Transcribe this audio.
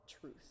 truth